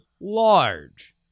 large